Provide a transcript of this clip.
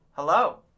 Hello